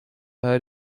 her